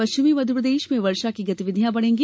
पश्चिमी मध्यप्रदेश में वर्षा की गतिविधियां बढ़ेंगी